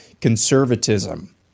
conservatism